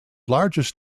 largest